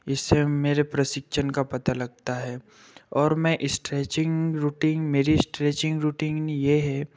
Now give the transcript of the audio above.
इससे मेरे प्रशिक्षण का पता लगता है और मैं स्ट्रैचिंग रूटीन मेरी स्ट्रैचिंग रूटीन ये है